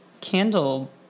candle